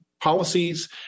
policies